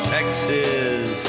Texas